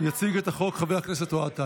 של חברת הכנסת מירב בן ארי,